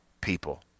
people